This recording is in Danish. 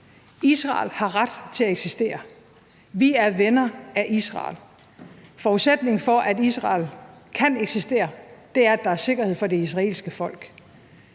Israel har ret til at eksistere. Vi er venner af Israel. Forudsætningen for, at Israel kan eksistere, er, at der er sikkerhed for det israelske folk.